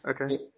okay